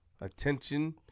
Attention